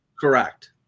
correct